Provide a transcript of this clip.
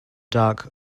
dark